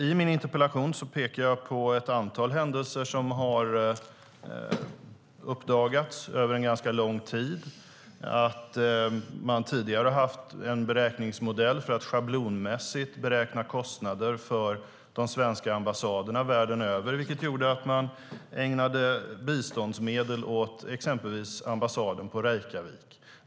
I min interpellation pekar jag på ett antal händelser som har uppdagats över en ganska lång tid. Tidigare har man haft en beräkningsmodell för att schablonmässigt beräkna kostnader för de svenska ambassaderna världen över, vilket gjorde att man ägnade biståndsmedel åt exempelvis ambassaden i Reykjavik.